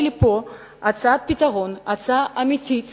לפה הצעת פתרון, הצעה אמיתית